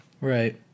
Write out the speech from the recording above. right